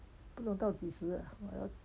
不懂到及时啊我要